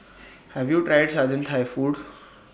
have you tried southern Thai food